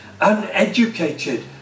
uneducated